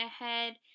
ahead